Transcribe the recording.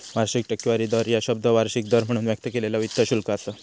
वार्षिक टक्केवारी दर ह्या शब्द वार्षिक दर म्हणून व्यक्त केलेला वित्त शुल्क असा